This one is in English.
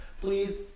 please